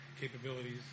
capabilities